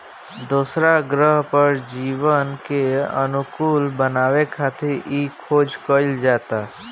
दोसरा ग्रह पर जीवन के अनुकूल बनावे खातिर इ खोज कईल जाता